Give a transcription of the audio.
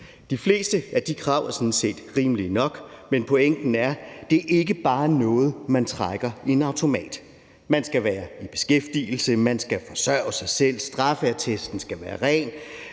De fleste af de krav er sådan set rimelige nok, men pointen er, at det ikke bare er noget, man trækker i en automat. Man skal være i beskæftigelse, man skal forsørge sig selv, straffeattesten skal være ren,